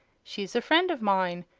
she's a friend of mine,